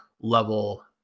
level